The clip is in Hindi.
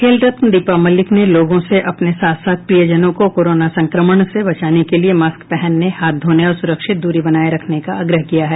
खेल रत्न दीपा मलिक ने लोगों से अपने साथ साथ प्रियजनों को कोरोनो संक्रमण से बचाने के लिए मास्क पहनने हाथ धोने और सुरक्षित दूरी बनाए रखने का आग्रह किया है